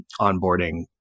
onboarding